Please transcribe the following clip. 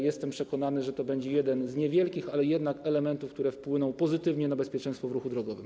Jestem przekonany, że to będzie jeden z niewielkich, ale jednak istotnych elementów, które wpłyną pozytywnie na bezpieczeństwo w ruchu drogowym.